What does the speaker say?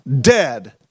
Dead